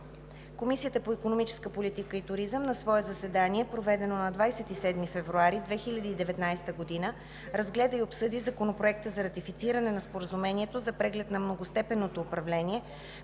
Комисията по икономическа политика и туризъм на свое заседание, проведено на 27 февруари 2019 г., разгледа и обсъди Законопроекта за ратифициране на Споразумението за преглед на многостепенното управление